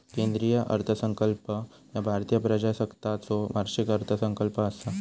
केंद्रीय अर्थसंकल्प ह्या भारतीय प्रजासत्ताकाचो वार्षिक अर्थसंकल्प असा